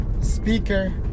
speaker